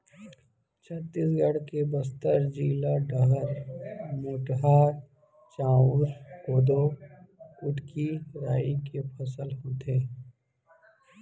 छत्तीसगढ़ के बस्तर जिला डहर मोटहा चाँउर, कोदो, कुटकी, राई के फसल होथे